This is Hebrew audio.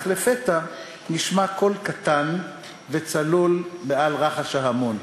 אבל לפתע נשמע קול קטן וצלול מעל רחש ההמון.